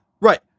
Right